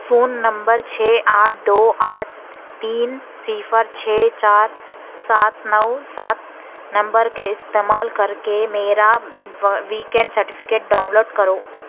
phone number چھ آٹھ دو آٹھ تین صفر چھ چار سات نو سات نمبر کے استعمال کر کے میرا ویکسین سرٹیفکیٹ ڈاؤن لوڈ کرو